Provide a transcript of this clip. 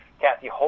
Kathy